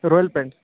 royal paint